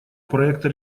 проекта